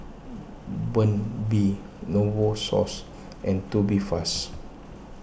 Burt's Bee Novosource and Tubifast